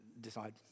decide